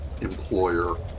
employer